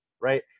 right